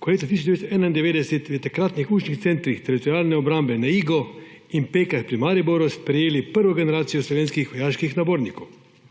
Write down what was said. ko so leta 1991 v takratnih učnih centrih teritorialne obrambe na Igu in v Pekrah pri Mariboru sprejeli prvo generacijo slovenskih vojaških nabornikov.